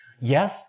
Yes